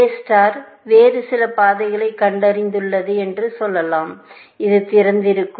எ star வேறு சில பாதைகளை கண்டறிந்துள்ளது என்று சொல்லலாம் இது திறந்திருக்கும்